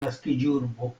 naskiĝurbo